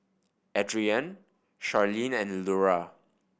Adrienne Sharleen and Lura